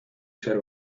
ser